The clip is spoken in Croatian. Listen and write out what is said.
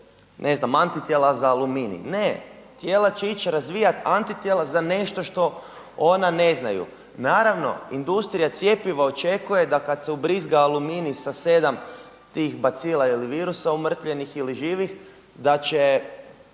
ne znam, antitijela za aluminij, ne, tijela će ić razvijat antitijela za nešto što ona ne znaju. Naravno, industrija cjepiva očekuje da kad se ubrizga aluminij sa 7 tih bacila ili virusa umrtvljenih ili živih, da će